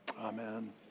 amen